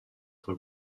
être